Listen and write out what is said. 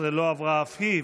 16 לא עברה אף היא.